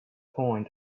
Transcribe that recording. point